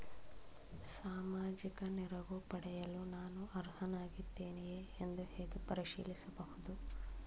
ಸಾಮಾಜಿಕ ನೆರವು ಪಡೆಯಲು ನಾನು ಅರ್ಹನಾಗಿದ್ದೇನೆಯೇ ಎಂದು ಹೇಗೆ ಪರಿಶೀಲಿಸಬಹುದು?